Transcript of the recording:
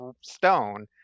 stone